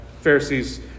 Pharisee's